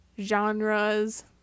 genres